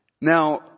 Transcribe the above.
Now